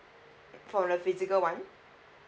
for the physical one